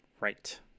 right